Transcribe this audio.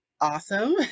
awesome